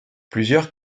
plusieurs